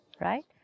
Right